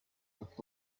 with